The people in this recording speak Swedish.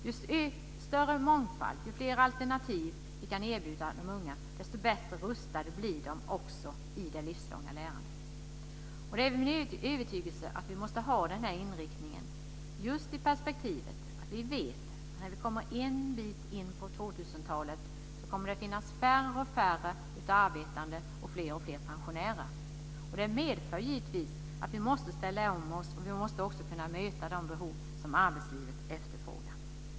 Ju större mångfald, ju fler alternativ vi kan erbjuda de unga, desto bättre rustade blir de också i det livslånga lärandet. Det är min övertygelse att vi måste ha den inriktningen just i perspektivet att vi vet att när vi kommer en bit in på 2000-talet kommer det att finnas färre och färre arbetande och fler och fler pensionärer. Det medför givetvis att vi måste ställa om oss, och vi måste också kunna möta de behov som efterfrågas i arbetslivet.